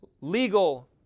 legal